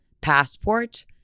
passport